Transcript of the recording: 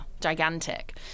gigantic